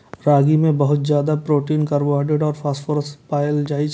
रागी मे बहुत ज्यादा प्रोटीन, कार्बोहाइड्रेट आ फास्फोरस पाएल जाइ छै